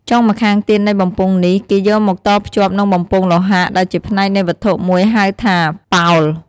ចុងម្ខាងទៀតនៃបំពង់នេះ គេយកមកតភ្ជាប់នឹងបំពង់លោហៈ ដែលជាផ្នែកនៃវត្ថុមួយហៅថា «ប៉ោល» ។